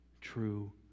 true